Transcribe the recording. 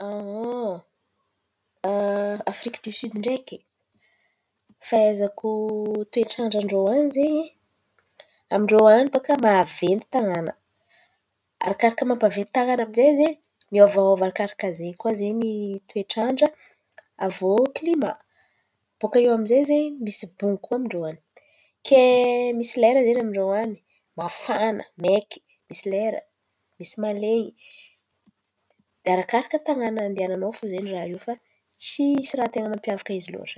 A Afriky diosioda ndraiky, fahaizako toetrandran-drô an̈y zen̈y, amin-drô an̈y baka maventy tanàn̈a. Arakaraka mampaventy tan̈àna zen̈y, miôvaôva arakaraka zen̈y koa zen̈y toetrandra, avô klimà. Baka iô aminjay zen̈y misy bongo koa amin-drô an̈y. Ka misy lerany zen̈y amin-dro an̈y mafana maiky, misy lera misy malen̈y. Arakaraka tanàn̈a andihanan̈ao fo zen̈y raha iô fa tsisy raha ten̈a mampiavaka izy loatra.